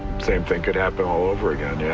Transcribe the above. same thing could happen all over again, yeah